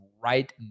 right